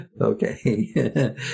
Okay